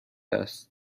است